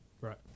Right